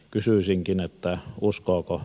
kysyisinkin että uskooko